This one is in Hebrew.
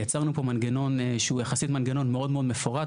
יצרנו פה מנגנון שהוא יחסית מנגנון מאוד מאוד מפורט.